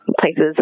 places